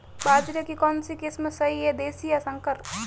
बाजरे की कौनसी किस्म सही हैं देशी या संकर?